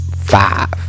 five